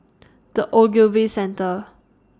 The Ogilvy Centre